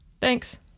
Thanks